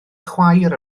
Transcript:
chwaer